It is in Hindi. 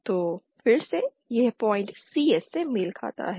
तो फिर से यह पॉइन्ट Cs से मेल खाता है